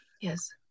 Yes